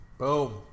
Boom